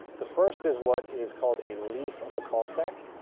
the first is what is called a leaf of a call stack,